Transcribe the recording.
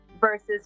versus